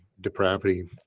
depravity